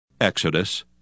Exodus